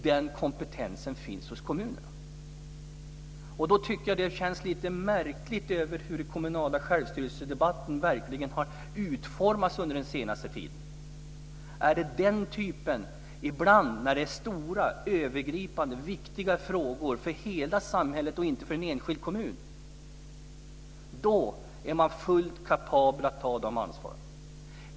Den kompetensen finns hos kommunerna. Jag tycker att det känns lite märkligt hur debatten om den kommunala självstyrelsen har utvecklats under den senaste tiden. När det är för hela samhället och inte bara för en enskild kommun, stora, övergripande och viktiga frågor är kommunerna fullt kapabla ta ansvaret.